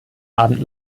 abend